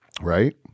Right